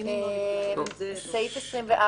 בסעיף 24